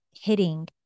hitting